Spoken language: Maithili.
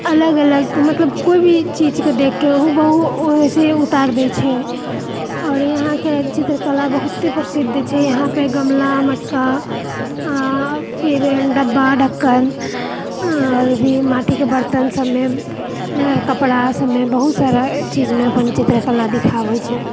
अलग अलग मतलब केओ भी चीजके देखि कऽ हुबहुँ ओहिसँ उतारि दए छै आओर इहाँके चित्रकला बहुते प्रसिद्ध छै इहाँपे गमला मटका आ फिर डब्बा ढक्कन आओर भी माटिके बर्तन सभमे कपड़ा सभमे बहुत सारा चीजमे अपन चित्रकला दिखाबै छै